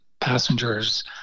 passengers